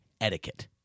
etiquette